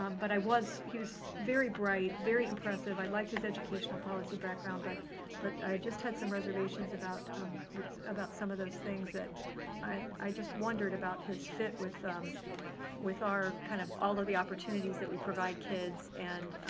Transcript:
um but i was, he was very bright, very impressive. i liked his educational policy background. but but i just had some reservations about some of those things, that i just wondered about his fit with um with our kind of all of the opportunities that we provide kids and